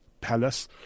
palace